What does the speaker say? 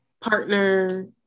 partner